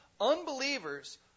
unbelievers